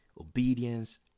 obedience